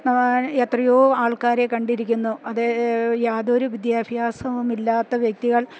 അ എത്രയോ ആൾക്കാരെ കണ്ടിരിക്കുന്നു അത് യാതൊരു വിദ്യാഭ്യാസവുമില്ലാത്ത വ്യക്തികൾ